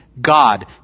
God